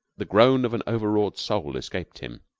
the groan of an overwrought soul escaped him.